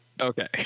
Okay